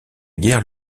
guerre